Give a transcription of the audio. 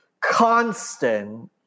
constant